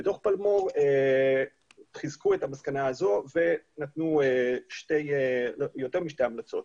בדוח פלמור חיזקו את המסקנה הזו ונתנו יותר משתי המלצות,